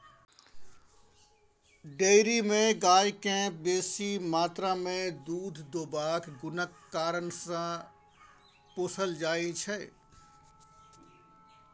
dairy मे गाय केँ बेसी मात्रा मे दुध देबाक गुणक कारणेँ पोसल जाइ छै